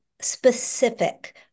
specific